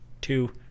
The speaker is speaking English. Two